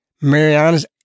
Mariana's